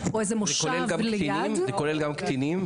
או איזה מושב ליד --- זה כולל גם קטינים,